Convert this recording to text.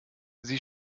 sie